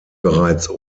bereits